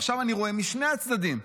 עכשיו אני רואה, משני הצדדים,